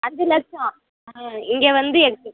அஞ்சு லட்சம் ஆ இங்கே வந்து எட்டு